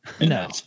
No